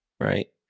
right